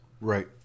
Right